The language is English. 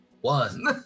One